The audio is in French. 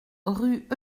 rue